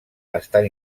estan